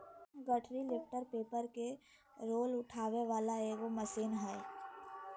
गठरी lifter paper के roll उठावे वाला एगो मशीन हइ